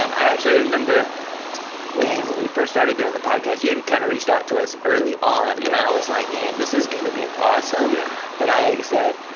um i actually remember when we first started doing the podcast you really kinda reached out to us early on and i was like man, this is gonna be awesome yeah but i said,